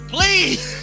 Please